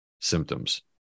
symptoms